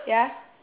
ya